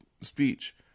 speech